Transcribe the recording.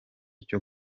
cyo